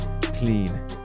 Clean